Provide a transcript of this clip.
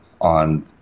on